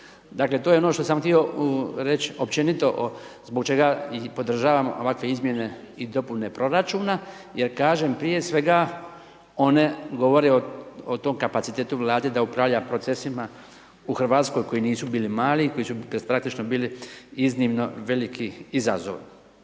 Dakle, to je ono što sam htio reć općenito zbog čega i podržavam ovakve izmjene i dopune proračuna, jer kažem prije svega one govore o tom kapacitetu Vlade da upravlja procesima u Hrvatskoj koji nisu bili mali, koji su …/nerazumljivo/… bili iznimno veliki izazov.